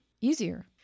easier